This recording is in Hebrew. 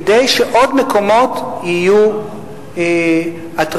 כדי שעוד מקומות יהיו אטרקטיביים.